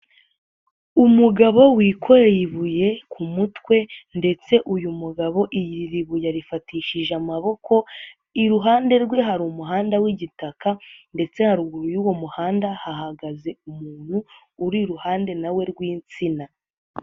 Umugabo wikoreye ibuye ku mutwe ndetse uyu mugabo iri buye arifatishije amaboko, iruhande rwe hari umuhanda w'igitaka ndetse haruguru y'u muhanda hahagaze umuntu uri iruhande na we rw'insina.